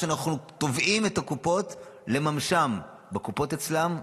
ואנחנו תובעים מן הקופות לממשם בקופות אצלן.